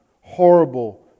horrible